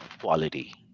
quality